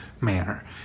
manner